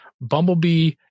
Bumblebee